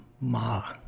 Ma